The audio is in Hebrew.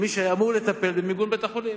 של מי שהיה אמור לטפל במיגון בית-החולים.